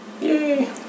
Yay